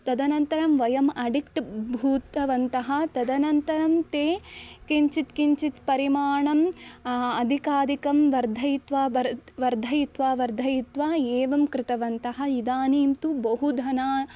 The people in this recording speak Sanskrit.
तदनन्तरं वयम् अडिक्ट् भूतवन्तः तदनन्तरं ते किञ्चित् किञ्चित् परिमाणम् अधिकाधिकं वर्धयित्वा वर् वर्धयित्वा एवं कृतवन्तः इदानीं तु बहु धनम्